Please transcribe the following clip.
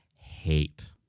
hate